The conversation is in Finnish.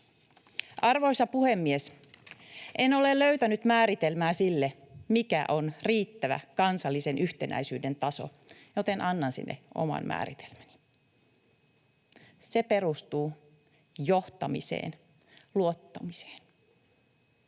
Arvoisa puhemies! En ole löytänyt määritelmää sille, mikä on riittävä kansallisen yhtenäisyyden taso, joten annan sille oman määritelmäni: Se perustuu johtamiseen, luottamiseen.